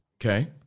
Okay